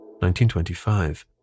1925